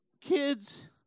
kids